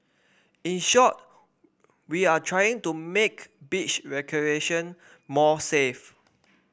in short we are trying to make beach recreation more safe